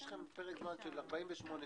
יש לכם פרק זמן של 48 שעות